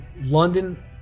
London